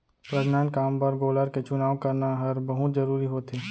प्रजनन काम बर गोलर के चुनाव करना हर बहुत जरूरी होथे